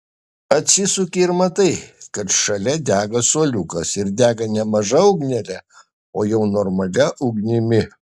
atsisuki ir matai kad šalia dega suoliukas ir dega ne maža ugnele o jau normalia ugnimi